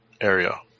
area